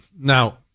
Now